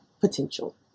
potential